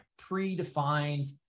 predefined